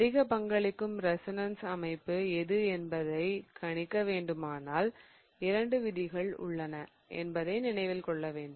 அதிக பங்களிக்கும் ரெசோனன்ஸ் அமைப்பு எது என்பதை கணிக்க வேண்டுமானால் இரண்டு விதிகள் உள்ளன என்பதை நினைவில் கொள்ள வேண்டும்